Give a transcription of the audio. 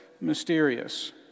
mysterious